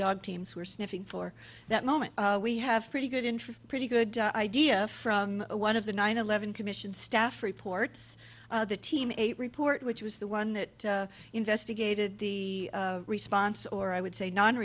dog teams were sniffing for that moment we have pretty good interest pretty good idea from one of the nine eleven commission staff reports the team eight report which was the one that investigated the response or i would say non